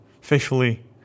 faithfully